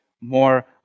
more